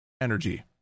energy